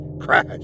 crash